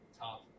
top